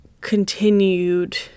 continued